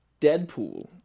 Deadpool